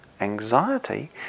Anxiety